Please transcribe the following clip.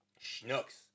Schnooks